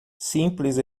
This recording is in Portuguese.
simples